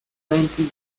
pencils